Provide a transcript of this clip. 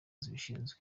zibishinzwe